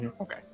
Okay